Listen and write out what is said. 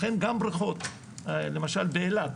לכן גם בריכות למשל באילת,